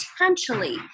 potentially